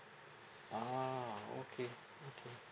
ah okay okay